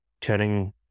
turning